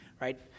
right